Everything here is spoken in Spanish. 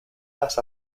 las